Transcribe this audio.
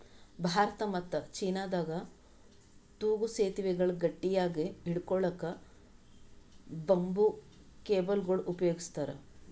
ಭಾರತ ಮತ್ತ್ ಚೀನಾದಾಗ್ ತೂಗೂ ಸೆತುವೆಗಳ್ ಗಟ್ಟಿಯಾಗ್ ಹಿಡ್ಕೊಳಕ್ಕ್ ಬಂಬೂ ಕೇಬಲ್ಗೊಳ್ ಉಪಯೋಗಸ್ತಾರ್